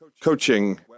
coaching